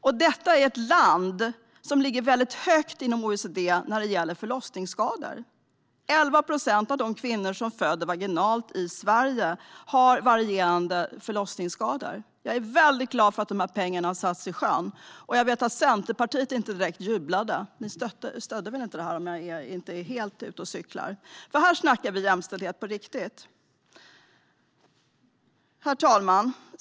Sverige är ett land som ligger högt vad gäller förlossningsskador inom OECD. 11 procent av de kvinnor som föder vaginalt i Sverige har varierande förlossningsskador. Jag är väldigt glad för att man gör denna satsning. Jag vet att Centerpartiet inte direkt jublade. Ni stödde väl inte detta, vill jag minnas. Här snackar vi jämställdhet på riktigt. Herr talman!